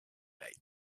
late